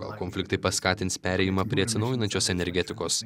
gal konfliktai paskatins perėjimą prie atsinaujinančios energetikos